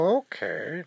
okay